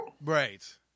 Right